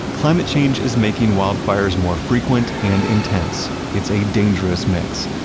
climate change is making wildfires more frequent and intense. it's a dangerous mix,